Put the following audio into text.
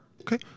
Okay